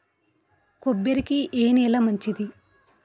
కొబ్బరి కి ఏ నేల మంచిది?